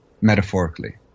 metaphorically